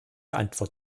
antwort